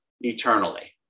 eternally